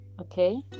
Okay